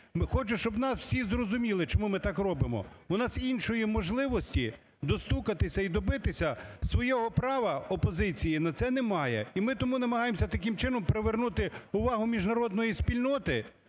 Хочу, щоб нас усі зрозуміли, чому ми так робимо. У нас іншої можливості достукатися і добитися свого права опозиції на це немає. І ми тому намагаємося таким чином привернути увагу міжнародної спільноти,